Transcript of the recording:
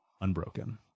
unbroken